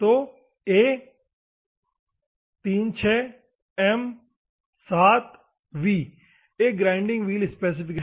तो A 36 M 7 V एक grinding wheel specification है